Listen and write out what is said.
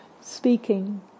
speaking